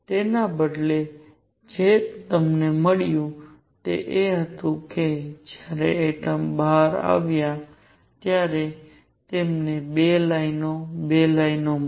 તેના બદલે તેમને જે મળ્યું તે એ હતું કે જ્યારે એટમ બહાર આવ્યા ત્યારે તેમને 2 લાઇનો 2 લાઇનો મળી